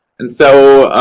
and so,